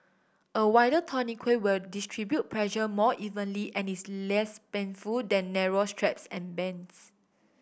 a wider tourniquet will distribute pressure more evenly and is less painful than narrow straps and bands